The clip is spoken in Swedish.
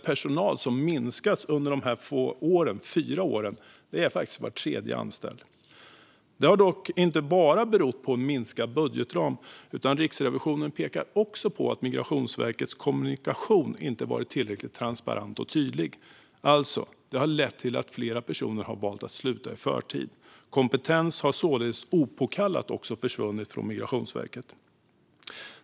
Personalen har minskat med var tredje anställd under de här fyra åren. Detta har dock inte bara berott på en minskad budgetram, utan Riksrevisionen pekar också på att Migrationsverkets kommunikation inte varit tillräckligt transparent och tydlig, vilket har lett till att flera personer har valt att sluta i förtid. Kompetens har således också opåkallat försvunnit från Migrationsverket.